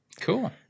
Cool